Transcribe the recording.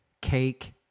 Cake